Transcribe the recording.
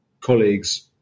colleagues